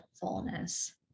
fullness